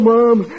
Mom